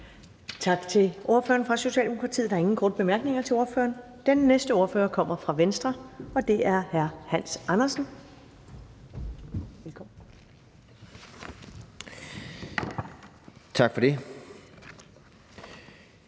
Tak til ordføreren for Socialdemokratiet. Der er ingen korte bemærkninger til ordføreren. Den næste ordfører kommer fra Venstre, og det er hr. Hans Andersen. Kl. 10:14 (Ordfører)